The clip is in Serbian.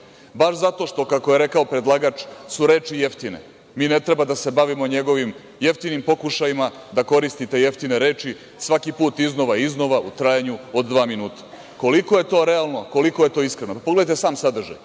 baš zato što, kako je rekao predlagač, su reči jeftine. Mi ne treba da se bavimo njegovim jeftinim pokušajima da koristite jeftine reči svaki put iznova i iznova u trajanju od dva minuta. Koliko je to realno i koliko je to iskreno? Pogledajte sadržaj.